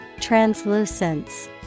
Translucence